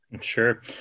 Sure